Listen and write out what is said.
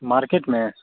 market में